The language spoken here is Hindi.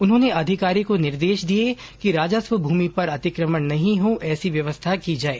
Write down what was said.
उन्होंने अधिकारियों को निर्देश दिए कि राजस्व भूमि पर अतिक्रमण नहीं हो एसी व्यवस्था की जाये